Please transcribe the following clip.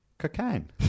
Cocaine